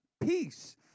Peace